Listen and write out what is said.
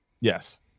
Yes